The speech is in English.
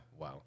Wow